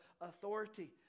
authority